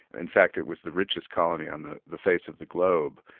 in fact it was the richest colony on the the face of the globe,